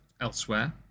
elsewhere